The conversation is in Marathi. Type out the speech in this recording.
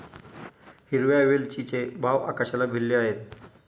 हिरव्या वेलचीचे भाव आकाशाला भिडले आहेत